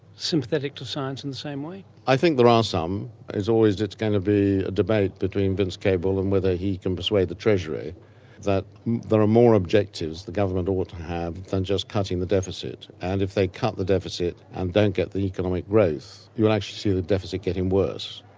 sympathetic to science in the same way? i think there are some, as always it's going to be a debate between vince cable and whether he can persuade the treasury that there are more objectives the government ought to have than just cutting the deficit, and if they cut the deficit and don't get the economic growth you'll actually see the deficit getting worse.